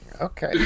Okay